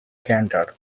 gander